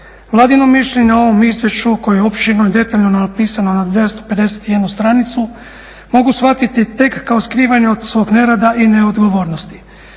Vladino mišljenje o ovom izvješću koje je opširno i detaljno napisano na 251 stranicu mogu shvatiti tek kao skrivanje od svog nerada i neodgovornosti.